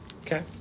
Okay